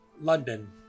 London